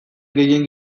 gehien